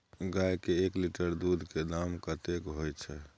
गाय के एक लीटर दूध के दाम कतेक होय छै?